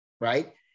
Right